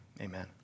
amen